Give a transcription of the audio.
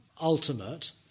ultimate